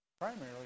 primarily